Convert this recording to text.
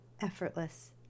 effortless